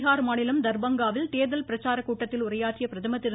பீகார் மாநிலம் தர்பங்காவில் தேர்தல் பிரச்சார கூட்டத்தில் உரையாற்றிய பிரதமர் திரு